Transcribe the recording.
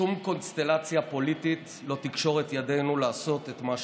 שום קונסטלציה פוליטית לא תקשור את ידינו מלעשות את מה שצריך.